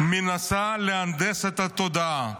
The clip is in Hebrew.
מנסה להנדס את התודעה.